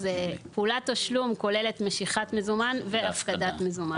אז פעולת תשלום כוללת משיכת מזומן והפקדת מזומן.